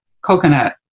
coconut